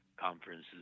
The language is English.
conferences